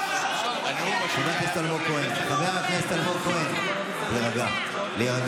חבר הכנסת אלמוג כהן, להירגע.